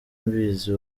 mbizi